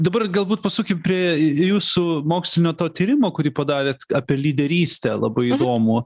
dabar galbūt pasukim prie jūsų mokslinio to tyrimo kurį padarėte apie lyderystę labai įdomu